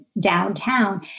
downtown